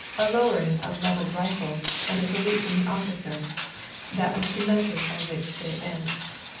a lowering of leveled rifles, and a salute from the officer that was the method by which they advanced.